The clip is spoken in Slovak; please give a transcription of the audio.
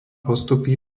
postupy